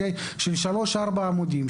של שלושה או ארבעה עמודים,